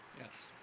yes?